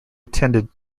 attended